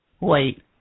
Wait